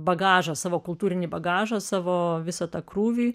bagažą savo kultūrinį bagažą savo visą tą krūvį